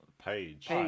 Page